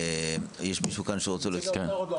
יש כאן מישהו שרוצה לדבר?